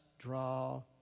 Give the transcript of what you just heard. draw